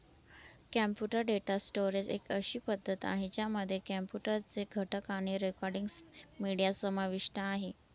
computer data storage एक अशी पद्धती आहे, ज्यामध्ये कॉम्प्युटर चे घटक आणि रेकॉर्डिंग, मीडिया समाविष्ट आहे